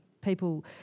People